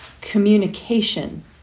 communication